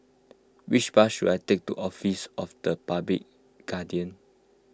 which bus should I take to Office of the Public Guardian